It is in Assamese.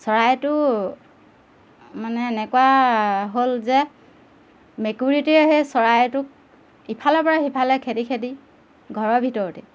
চৰাইটো মানে এনেকুৱা হ'ল যে মেকুৰীটোৱে সেই চৰাইটোক ইফালৰ পৰা সিফালে খেদি খেদি ঘৰৰ ভিতৰতে